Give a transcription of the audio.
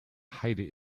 heide